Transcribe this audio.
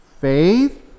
faith